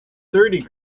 thirty